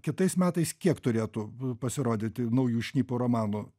kitais metais kiek turėtų pasirodyti naujų šnipų romanų